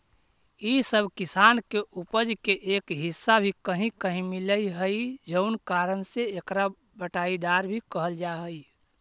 इ सब किसान के उपज के एक हिस्सा भी कहीं कहीं मिलऽ हइ जउन कारण से एकरा बँटाईदार भी कहल जा हइ